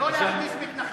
להכניס מתנחלים,